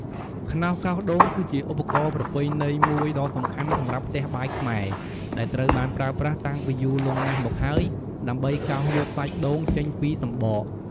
ខ្នោសកោសដូង គឺជាឧបករណ៍ប្រពៃណីមួយដ៏សំខាន់សម្រាប់ផ្ទះបាយខ្មែរ ដែលត្រូវបានប្រើប្រាស់តាំងពីយូរលង់ណាស់មកហើយ ដើម្បីកោសយកសាច់ដូងចេញពីសម្បក។